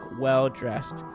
well-dressed